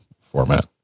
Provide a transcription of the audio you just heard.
format